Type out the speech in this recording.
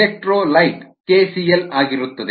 electrolyte KCl ಆಗಿರುತ್ತದೆ